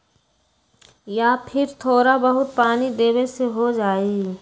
या फिर थोड़ा बहुत पानी देबे से हो जाइ?